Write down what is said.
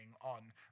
on